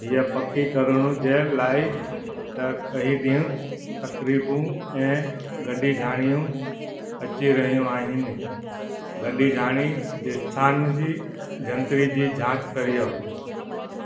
हीअ पकी करण जे लाइ त कहिं ॾींहुं तक़रीबूं ऐं गॾिजाणियूं अची रहियूं आहिनि गॾिजाणी जे स्थान जी जंतरी जी जांच करियो